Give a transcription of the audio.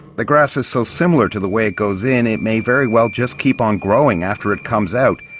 the grass is so similar to the way it goes in, it may very well just keep on growing after it comes out.